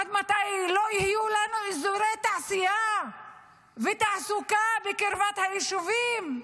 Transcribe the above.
עד מתי לא יהיו לנו אזורי תעשייה ותעסוקה בקרבת היישובים,